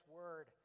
word